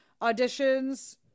auditions